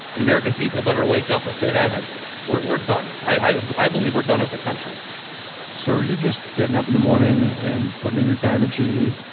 the american people better wake up if they haven't. we're we're done. i i believe we're done as a country so, are you just getting up in the morning and putting in your time at